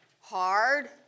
hard